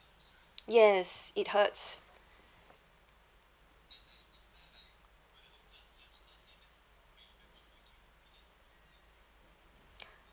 yes it hurts